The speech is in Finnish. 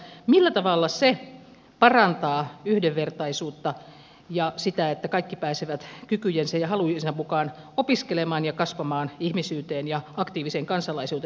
millä tavalla innovaatiorahoituksesta parantaa yhdenvertaisuutta ja sitä että kaikki pääsevät kykyjensä ja halujensa mukaan opiskelemaan ja kasvamaan ihmisyyteen ja aktiiviseen kansalaisuuteen